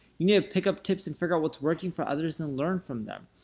you need to pick up tips and figure out what's working for others and learn from them.